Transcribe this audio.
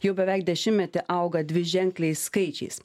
jau beveik dešimtmetį auga dviženkliais skaičiais